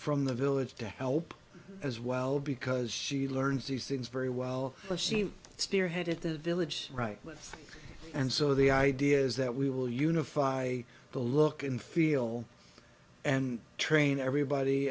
from the village to help as well because she learns these things very well a scene spearheaded the village right with and so the idea is that we will unify the look and feel and train everybody